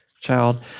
child